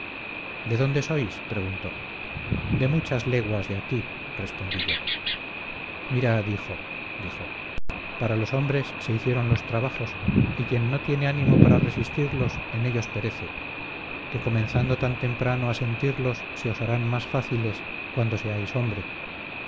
de dónde sois preguntó de muchas leguas de aquí respondí yo mirad hijo dijo para los hombres se hicieron los trabajos y quien no tiene ánimo para resistirlos en ellos perece que comenzando tan temprano a sentirlos se os harán más fáciles cuando seáis hombre